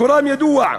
מקורן ידוע,